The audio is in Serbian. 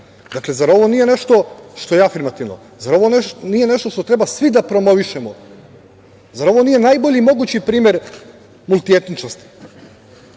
Dakle, zar ovo nije nešto što je afirmativno, zar ovo nije nešto što treba svi da promovišemo, zar ovo nije najbolji mogući primer multietničnosti? Kome